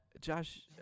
Josh